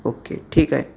okay ठीक आहे